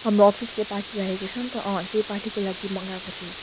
हाम्रो अफिसले पार्टी राखेको छ नि त अँ त्यही पार्टीको लागि मगाएको थिएँ